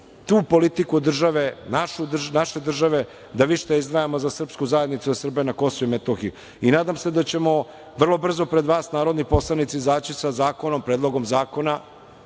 tu politiku države, naše države da više izdvajamo za srpsku zajednicu, za Srbe na Kosovu i Metohiji i nadam se da ćemo vrlo brzo pred vas narodni poslanici izaći sa predlogom zakona